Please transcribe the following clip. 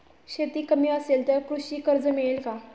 शेती कमी असेल तर कृषी कर्ज मिळेल का?